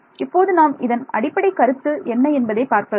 இப்போது நாம் இதன் அடிப்படைக் கருத்து என்ன என்பதை பார்க்கலாம்